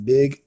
Big